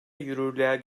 yürürlüğe